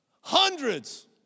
Hundreds